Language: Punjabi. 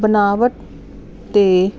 ਬਣਾਵਟ 'ਤੇ